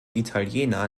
italiener